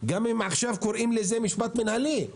גם אם עכשיו קוראים לזה משפט מינהלי,